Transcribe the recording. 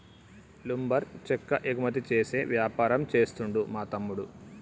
lumber చెక్క ఎగుమతి చేసే వ్యాపారం చేస్తుండు మా తమ్ముడు